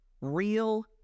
real